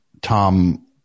Tom